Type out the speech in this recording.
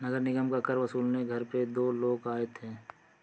नगर निगम का कर वसूलने घर पे दो लोग आए थे